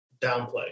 downplay